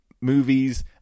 movies